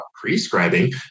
prescribing